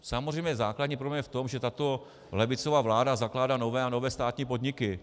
Samozřejmě základní problém je v tom, že tato levicová vláda zakládá nové a nové státní podniky.